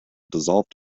dissolved